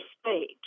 state